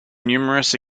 numerous